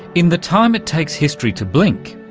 in the time it takes history to blink,